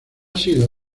sido